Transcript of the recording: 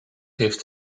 heeft